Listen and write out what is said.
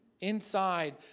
inside